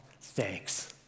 thanks